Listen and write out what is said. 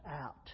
out